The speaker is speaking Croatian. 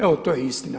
Evo to je istina.